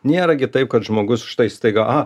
nėra gi taip kad žmogus štai staiga a